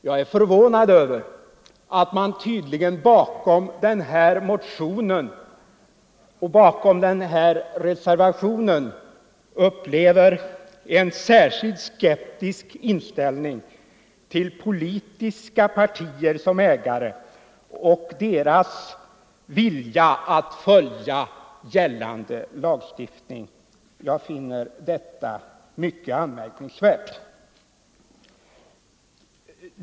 Jag är förvånad över att man tydligen bakom motionen och reservationen upplever en särskilt skeptisk inställning till politiska partier som ägare och till deras vilja att följa gällande lagstiftning. Jag finner detta mycket anmärkningsvärt.